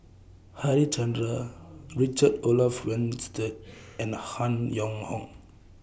Harichandra Richard Olaf Winstedt and Han Yong Hong